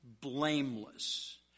blameless